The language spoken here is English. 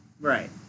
Right